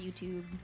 YouTube